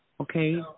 Okay